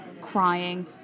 crying